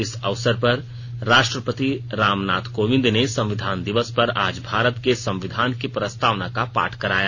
इस अवसर पर राष्ट्रपति रामनाथ कोविंद ने संविधान दिवस पर आज भारत के संविधान की प्रस्तावना का पाठ कराया